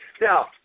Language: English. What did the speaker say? Now